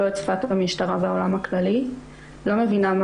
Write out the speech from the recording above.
לא את